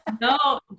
No